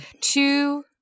Two